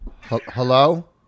Hello